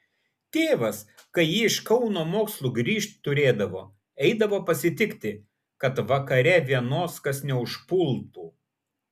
tėvas kai ji iš kauno mokslų grįžt turėdavo eidavo pasitikti kad vakare vienos kas neužpultų